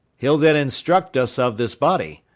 he'll then instruct us of this body.